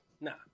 No